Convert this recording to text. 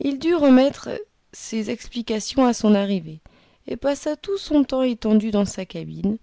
il dut remettra ses explications à son arrivée et passa tout son temps étendu dans sa cabine